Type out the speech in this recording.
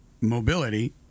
mobility